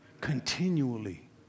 continually